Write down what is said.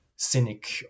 Cynic